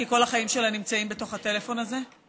כי כל החיים שלה נמצאים בתוך הטלפון הזה.